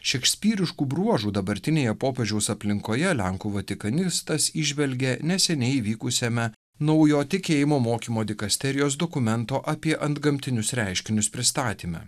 šekspyriškų bruožų dabartinėje popiežiaus aplinkoje lenkų vatikanistas įžvelgė neseniai vykusiame naujo tikėjimo mokymo dikasterijos dokumento apie antgamtinius reiškinius pristatyme